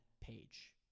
page